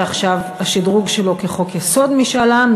ועכשיו השדרוג שלו כחוק-יסוד: משאל עם,